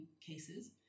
cases